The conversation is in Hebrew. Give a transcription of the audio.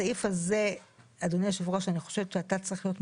אני אומרת את זה